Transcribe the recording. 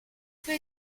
für